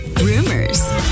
rumors